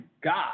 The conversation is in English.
God